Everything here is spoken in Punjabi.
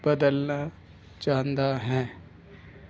ਬਦਲਣਾ ਚਾਹੁੰਦਾ ਹਾਂ